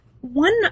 one